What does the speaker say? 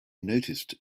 noticed